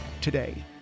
today